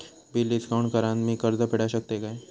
Bill discount करान मी कर्ज फेडा शकताय काय?